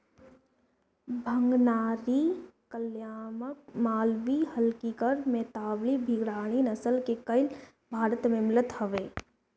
भगनारी, कंगायम, मालवी, हल्लीकर, मेवाती, निमाड़ी नसल के गाई भारत में मिलत हवे